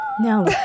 No